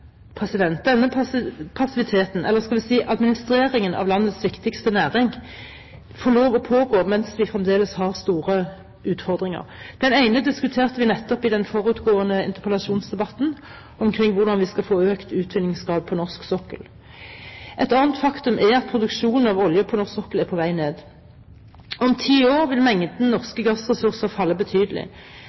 denne passiviteten, eller skal vi si administreringen av landets viktigste næring, får lov til å pågå mens vi fremdeles har store utfordringer. Den ene av disse diskuterte vi nettopp i den forutgående interpellasjonsdebatten om hvordan vi skal få økt utvinningsgrad på norsk sokkel. Et annet faktum er at produksjonen av olje på norsk sokkel er på vei ned. Om ti år vil mengden norske gassressurser falle betydelig,